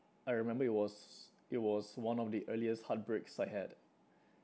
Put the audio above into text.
I remember it was it was one of the earliest heartbreaks I had